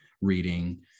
reading